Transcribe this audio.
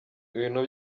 ibintu